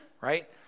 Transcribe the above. right